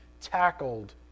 tackled